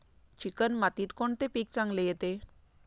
Chicken मातीत कोणते पीक चांगले येते?